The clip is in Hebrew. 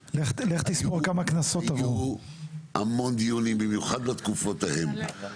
היו המון דיונים במיוחד בתקופות ההם,